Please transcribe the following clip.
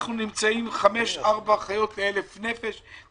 השיעור הוא 4 5 אחיות ל-1,000 נפש,